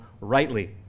rightly